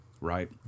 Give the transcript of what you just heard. right